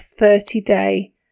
30-day